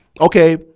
Okay